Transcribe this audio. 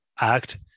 act